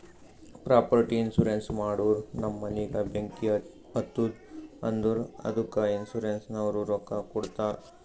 property insurance ಮಾಡೂರ್ ನಮ್ ಮನಿಗ ಬೆಂಕಿ ಹತ್ತುತ್ತ್ ಅಂದುರ್ ಅದ್ದುಕ ಇನ್ಸೂರೆನ್ಸನವ್ರು ರೊಕ್ಕಾ ಕೊಡ್ತಾರ್